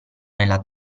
nella